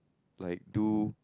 like do